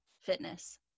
fitness